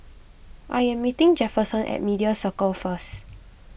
I am meeting Jefferson at Media Circle first